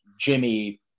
Jimmy